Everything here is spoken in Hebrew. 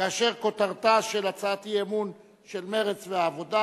כאשר כותרתה של הצעת האי-אמון של מרצ והעבודה